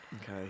Okay